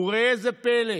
וראה זה פלא: